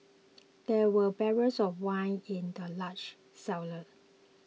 there were barrels of wine in the large cellar